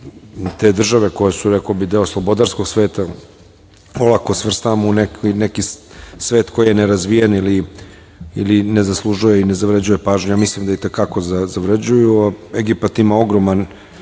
te države koje su, rekao bih, deo slobodarskog sveta, olako svrstavamo u neki svet koji je nerazvijen ili ne zaslužuje i ne zavređuje pažnju, ali mislim da i te kako zavređuju. Egipat ima ogroman